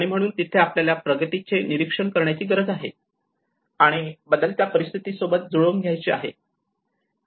आणि म्हणून तिथे आपल्याला प्रगतीचे निरीक्षण करण्याची गरज आहे आणि बदलत्या परिस्थितीशी सोबत जुळवून घ्यायचे आहे